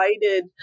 invited